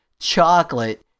chocolate